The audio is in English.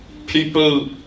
People